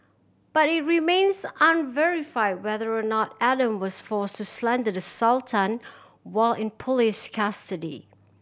but it remains unverified whether or not Adam was forced to slander the Sultan while in police custody